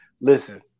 Listen